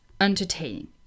entertaining